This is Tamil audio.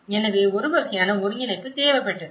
எனவே ஒரு வகையான ஒருங்கிணைப்பு தேவைப்பட்டது